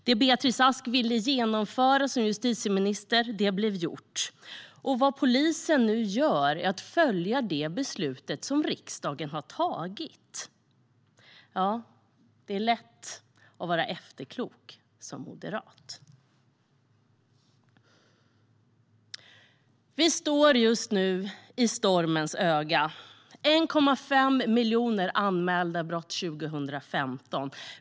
Det Beatrice Ask ville genomföra som justitieminister blev gjort. Vad polisen nu gör är att följa det beslut som riksdagen har tagit. Det är lätt att vara efterklok som moderat. Vi står just nu i stormens öga. 1,5 miljoner brott anmäldes 2015.